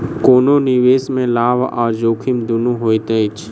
कोनो निवेश में लाभ आ जोखिम दुनू होइत अछि